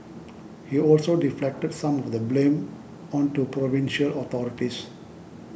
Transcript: he also deflected some of the blame onto provincial authorities